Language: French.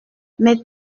mais